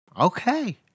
Okay